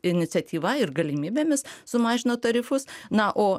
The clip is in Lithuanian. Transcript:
iniciatyva ir galimybėmis sumažino tarifus na o